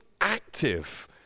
active